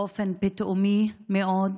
באופן פתאומי מאוד,